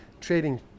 trading